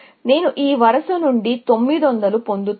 నేను ఈ వరుస నుండి 900 పొందుతాను